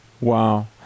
Wow